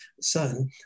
son